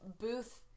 booth